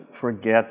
forget